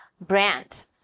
brand